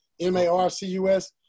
M-A-R-C-U-S